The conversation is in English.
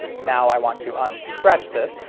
now i want to un-stretch this.